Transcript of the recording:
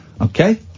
Okay